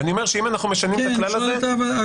ואם כך,